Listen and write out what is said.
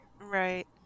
Right